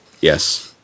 Yes